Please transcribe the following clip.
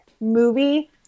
movie